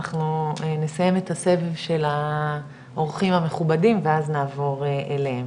אנחנו נסיים את הסבב של האורחים המכובדים ואז נעבור אליהם.